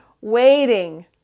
waiting